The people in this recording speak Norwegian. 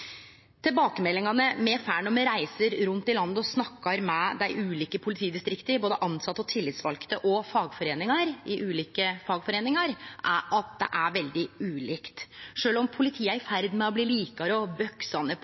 Tilbakemeldingane me får når me reiser rundt i landet og snakkar med dei ulike politidistrikta, både tilsette og tillitsvalde i ulike fagforeiningar, er at det er veldig ulikt. Sjølv om politiet er i ferd med å bli likare og boksane på